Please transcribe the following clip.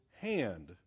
hand